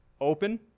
open